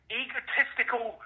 egotistical